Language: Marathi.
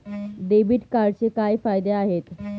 डेबिट कार्डचे काय फायदे आहेत?